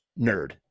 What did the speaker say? nerd